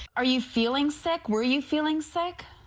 are you feeling sec were you feeling sick.